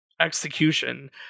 execution